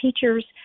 teachers